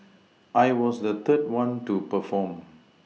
I was the third one to perform